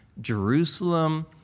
jerusalem